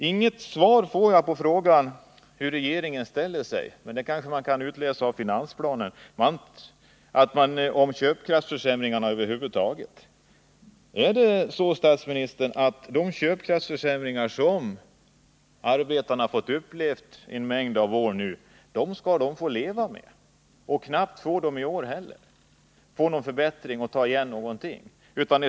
Jag får inget svar på frågan hur regeringen ställer sig, men man kanske av finansplanen kan utläsa hur det förhåller sig med köpkraftsförsämringar över huvud taget. Är det så, herr statsminister, att arbetarna skall få leva med de köpkraftsförsämringar som de har fått under en mängd år? Skall de inte få någon kompensation i år heller, inte få möjlighet att ta igen någonting?